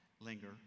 linger